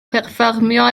perfformio